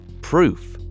Proof